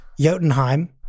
Jotunheim